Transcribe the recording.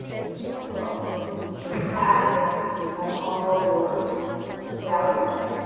so, cancel and be sure to add it so you've got all your values there.